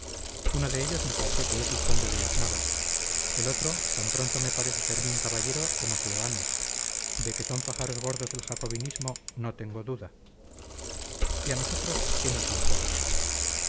uno de ellos me parece que es el conde de las navas el otro tan pronto me parece fermín caballero como seoane de que son pájaros gordos del jacobinismo no tengo duda y a nosotros qué nos importa